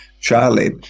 charlie